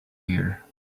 here